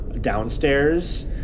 downstairs